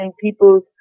people's